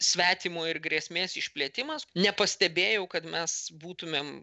svetimo ir grėsmės išplėtimas nepastebėjau kad mes būtumėm